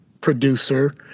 producer